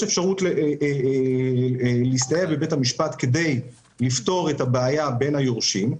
יש אפשרות להסתייע בבית המשפט כדי לפתור את הבעיה בין יורשים.